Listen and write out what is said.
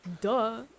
Duh